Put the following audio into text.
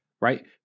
right